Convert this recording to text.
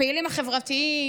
הפעילים החברתיים,